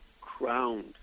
crowned